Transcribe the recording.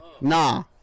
Nah